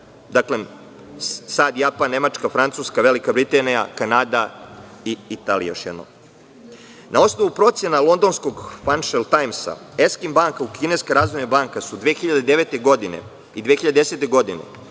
– SAD, Japan, Nemačka, Francuska, Velika Britanija, Kanada i Italija. Na osnovu procena londonskog „Financial times“, „Eskim banka“ i „Kineska razvojna banka“ su 2009. godine i 2010. godine